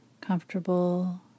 comfortable